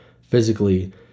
physically